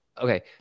okay